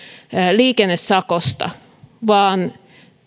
liikennesakosta vaan